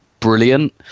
brilliant